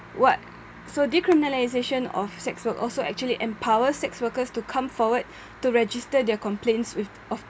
what so decriminalisation of sex work also actually empowers sex workers to come forward to register their complains with of